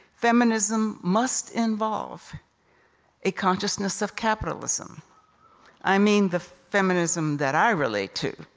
feminism must involve a consciousness of capitalism i mean, the feminism that i relate to,